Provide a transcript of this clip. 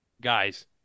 guys